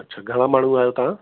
अच्छा घणा माण्हू आहियो तव्हां